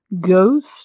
Ghost